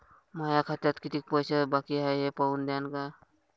माया खात्यात कितीक पैसे बाकी हाय हे पाहून द्यान का?